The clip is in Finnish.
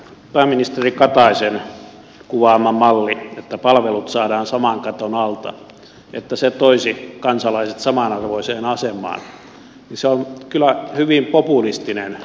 pääministeri kataisen kuvaama malli että palvelut saadaan saman katon alta että se toisi kansalaiset samanarvoiseen asemaan on kyllä hyvin populistinen ajatus